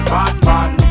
Batman